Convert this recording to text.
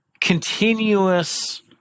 continuous